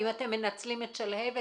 אם אתם מנצלים את שלהבת,